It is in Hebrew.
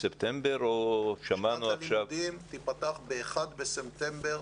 שנת הלימודים תיפתח ב-1 בספטמבר?